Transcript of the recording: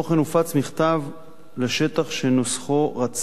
הופץ מכתב לשטח שנוסחו רצ"ב,